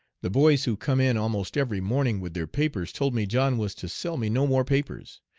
the boys who come in almost every morning with their papers told me john was to sell me no more papers.